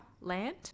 land